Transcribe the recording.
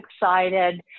excited